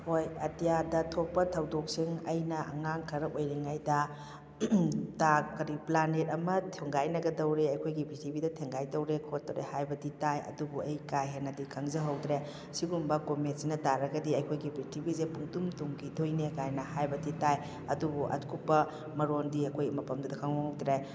ꯍꯣꯏ ꯑꯇꯤꯌꯥꯗ ꯊꯣꯛꯄ ꯊꯧꯗꯣꯛꯁꯤꯡ ꯑꯩꯅ ꯑꯉꯥꯡ ꯈꯔ ꯑꯣꯏꯔꯤꯉꯩꯗ ꯗꯥꯛ ꯀꯔꯤ ꯄ꯭ꯂꯥꯅꯦꯠ ꯑꯃ ꯊꯣꯡꯒꯥꯏꯅꯒꯗꯧꯔꯦ ꯑꯩꯈꯣꯏꯒꯤ ꯄ꯭ꯔꯤꯊꯤꯕꯤꯗ ꯊꯦꯡꯒꯥꯏꯗꯧꯔꯦ ꯈꯣꯠꯇꯧꯔꯦ ꯍꯥꯏꯕꯗꯤ ꯇꯥꯏ ꯑꯗꯨꯕꯨ ꯑꯩ ꯀꯥ ꯍꯦꯟꯅꯗꯤ ꯈꯪꯖꯍꯧꯗ꯭ꯔꯦ ꯁꯤꯒꯨꯝꯕ ꯀꯣꯃꯦꯠꯁꯤꯅ ꯇꯥꯔꯒꯗꯤ ꯑꯩꯈꯣꯏꯒꯤ ꯄ꯭ꯔꯤꯊꯤꯕꯤꯁꯦ ꯄꯨꯡꯇꯨꯝ ꯇꯨꯝꯈꯤꯗꯣꯏꯅꯦ ꯀꯥꯏꯅ ꯍꯥꯏꯕꯗꯤ ꯇꯥꯏ ꯑꯗꯨꯕꯨ ꯑꯀꯨꯞꯄ ꯃꯔꯣꯜꯗꯤ ꯑꯩꯈꯣꯏ ꯃꯇꯝꯗꯨꯗ ꯈꯪꯍꯧꯗ꯭ꯔꯦ